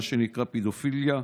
מה שנקרא פדופיליה.